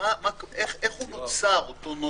איך נוצר אותו נוסח?